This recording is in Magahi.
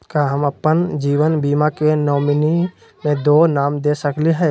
का हम अप्पन जीवन बीमा के नॉमिनी में दो नाम दे सकली हई?